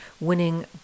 winning